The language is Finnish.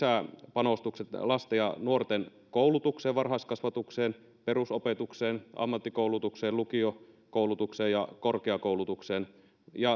lisäpanostukset lasten ja nuorten koulutukseen varhaiskasvatukseen perusopetukseen ammattikoulutukseen lukiokoulutukseen ja korkeakoulutukseen